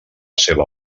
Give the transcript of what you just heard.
seva